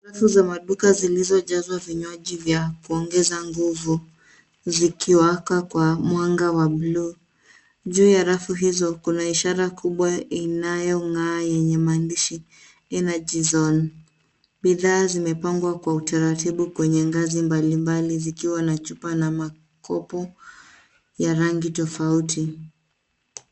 Rafu za maduka zilizojazwa vinywaji vya kuongeza nguvu, zikiwaka kwa mwanga wa bluu. Juu ya rafu hizo kuna ishara kubwa inayong'aa yenye maandishi, energy zone . Bidhaa zimepangwa kwa utaratibu kwenye ngazi mbalimbali zikiwa na chupa na makopo ya rangi tofauti.